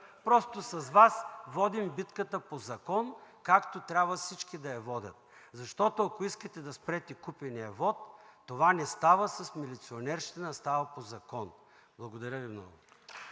Просто с Вас водим битката по закон, както трябва всички да я водят. Защото, ако искате да спрете купения вот, това не става с милиционерщина, а става по закон. Благодаря Ви много.